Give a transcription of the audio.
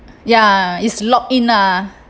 ya is lock in lah